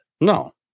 No